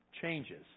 changes